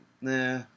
nah